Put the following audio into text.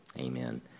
Amen